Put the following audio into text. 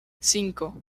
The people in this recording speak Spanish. cinco